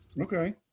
Okay